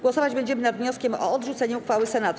Głosować będziemy nad wnioskiem o odrzucenie uchwały Senatu.